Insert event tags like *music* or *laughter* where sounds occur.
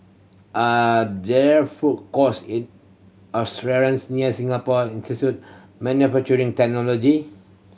are there food courts *unintelligible* near Singapore Institute Manufacturing Technology